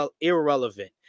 irrelevant